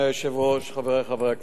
חברי חברי הכנסת,